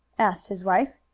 asked his wife.